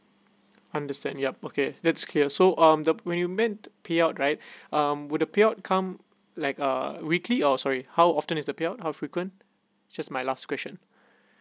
understand yup okay that's clear so um th~ when you meant payout right um would the payout come like uh weekly or sorry how often is the payout how frequent just my last question